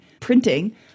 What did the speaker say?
printing